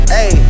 Hey